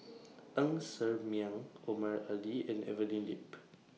Ng Ser Miang Omar Ali and Evelyn Lip